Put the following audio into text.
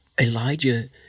Elijah